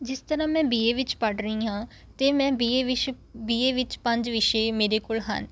ਜਿਸ ਤਰ੍ਹਾਂ ਮੈਂ ਬੀ ਏ ਵਿੱਚ ਪੜ੍ਹ ਰਹੀ ਹਾਂ ਤੇ ਮੈਂ ਬੀ ਏ ਵਿਸ਼ ਬੀ ਏ ਵਿੱਚ ਪੰਜ ਵਿਸ਼ੇ ਮੇਰੇ ਕੋਲ ਹਨ